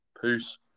Peace